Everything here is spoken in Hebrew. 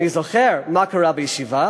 אני זוכר מה קרה בישיבה.